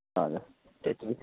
हजुर त्यति